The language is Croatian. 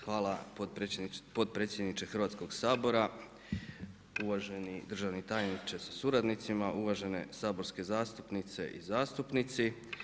Hvala potpredsjedniče Hrvatskog sabora, uvaženi državni tajniče sa suradnicima, uvažene saborske zastupnice i zastupnici.